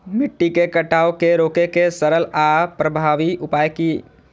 मिट्टी के कटाव के रोके के सरल आर प्रभावी उपाय की?